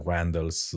Randall's